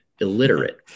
illiterate